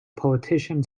politician